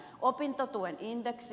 opintotuen indeksi